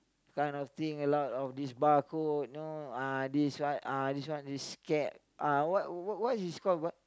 kind of thing a lot of this bar code you know uh this uh this one is scared uh what what what is this called what